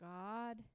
God